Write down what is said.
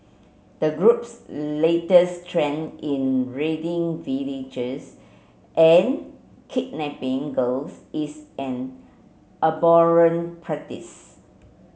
the group's latest trend in raiding villages and kidnapping girls is an abhorrent practice